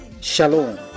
Shalom